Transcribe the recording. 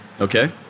Okay